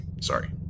Sorry